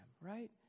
right